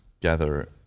gather